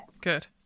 Good